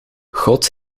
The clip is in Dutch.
god